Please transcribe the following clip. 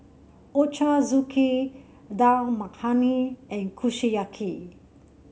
Ochazuke Dal Makhani and Kushiyaki